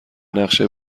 نقشه